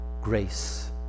grace